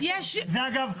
אגב,